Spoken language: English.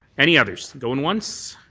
any others? going once.